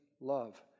love